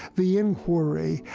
the inquiry,